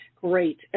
great